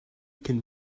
can